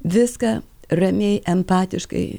viską ramiai empatiškai